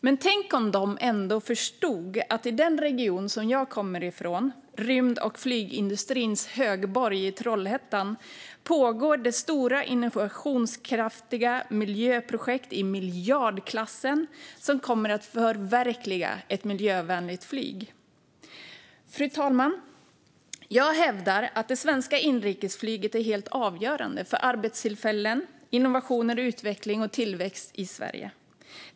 Men tänk om de ändå förstod att i den region som jag kommer ifrån, rymd och flygindustrins högborg i Trollhättan, pågår det stora innovationskraftiga miljöprojekt i miljardklassen som kommer att förverkliga ett miljövänligt flyg! Fru talman! Jag hävdar att det svenska inrikesflyget är helt avgörande för arbetstillfällen, innovationer, utveckling och tillväxt i Sverige.